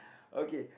okay